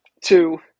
two